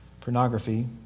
pornography